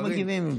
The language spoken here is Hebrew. לא מגיבים.